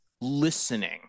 listening